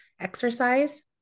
exercise